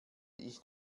ich